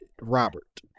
Robert